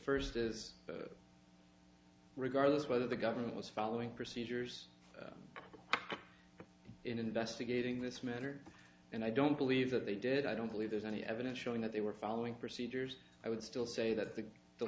is regardless whether the government was following procedures in investigating this matter and i don't believe that they did i don't believe there's any evidence showing that they were following procedures i would still say that the the